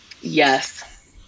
Yes